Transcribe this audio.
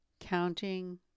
counting